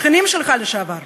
שכנים שלך לשעבר.